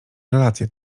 relacje